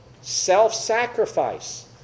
Self-sacrifice